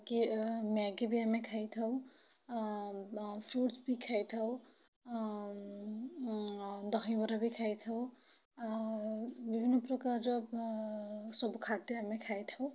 କିଏ ମ୍ୟାଗି ବି ଆମେ ଖାଇଥାଉ ଫ୍ରୁଟ୍ସ୍ ବି ଖାଇଥାଉ ଦହିବରା ବି ଖାଇଥାଉ ବିଭିନ୍ନପ୍ରକାରର ସବୁ ଖାଦ୍ୟ ଆମେ ଖାଇଥାଉ